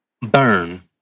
burn